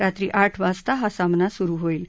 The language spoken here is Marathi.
रात्री आठ वाजता हा सामना सुरु होईल